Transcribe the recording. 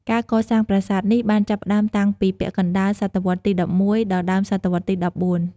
ការកសាងប្រាសាទនេះបានចាប់ផ្ដើមតាំងពីពាក់កណ្ដាល សតវត្សរ៍ទី ១១ ដល់ដើមសតវត្សរ៍ទី ១៤។